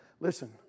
Listen